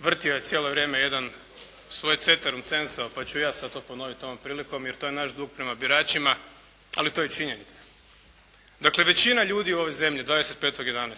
vrtio je cijelo vrijeme jedan svoj Ceterum censeo pa ću ja sada to ponoviti ovom prilikom jer je to naš dug prema biračima ali to je i činjenica. Dakle većina ljudi u ovoj zemlji 25.11.